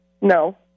No